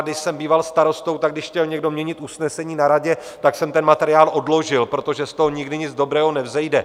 Když jsem býval starostou, tak když chtěl někdo měnit usnesení na radě, tak jsem ten materiál odložil, protože z toho nikdy nic dobrého nevzejde.